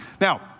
Now